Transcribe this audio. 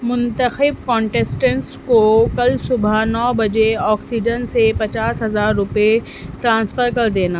منتخب کانٹیسٹنس کو کل صبح نو بجے آکسیجن سے پچاس ہزار روپئے ٹرانسفر کر دینا